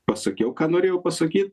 pasakiau ką norėjau pasakyt